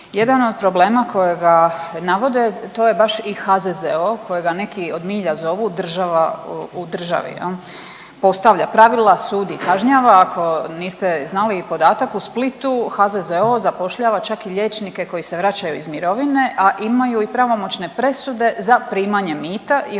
Jedan od problema kojega navode to je baš i HZZO kojega neki od milja zovu država u državi, postavlja pravila, sudi i kažnjava. Ako niste znali i podatak u Splitu HZZO zapošljava čak i liječnike koji se vraćaju iz mirovine, a imaju i pravomoćne presude za primanje mita i onda